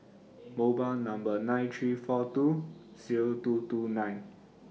mobile Number nine three four two Zero two two nine